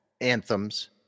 anthems